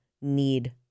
need